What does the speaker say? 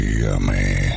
Yummy